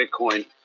Bitcoin